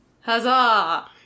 Huzzah